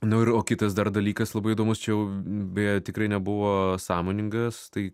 nu ir o kitas dar dalykas labai įdomus čia jau beje tikrai nebuvo sąmoningas tai